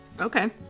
okay